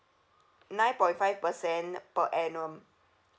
nine point five percent per annum